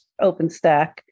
OpenStack